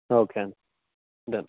okay అండి done